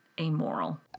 amoral